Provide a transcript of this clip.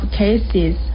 cases